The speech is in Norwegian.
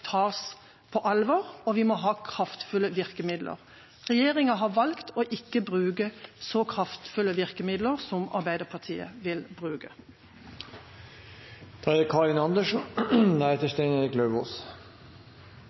tas på alvor. Og vi må ha kraftfulle virkemidler. Regjeringa har valgt å ikke bruke så kraftfulle virkemidler som Arbeiderpartiet vil bruke.